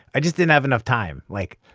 i just didn't have enough time. like,